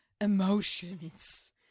Emotions